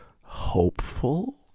Hopeful